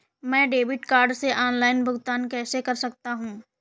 मैं debit card से online भुगतान कैसे कर सकता हूँ?